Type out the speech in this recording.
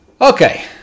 Okay